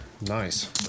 Nice